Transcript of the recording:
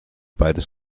beides